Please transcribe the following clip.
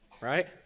right